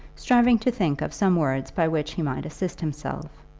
striving to think of some words by which he might assist himself.